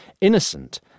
Innocent